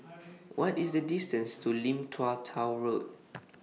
What IS The distance to Lim Tua Tow Road